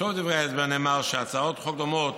בסוף דברי ההסבר נאמר שהצעות חוק דומות